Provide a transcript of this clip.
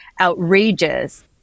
outrageous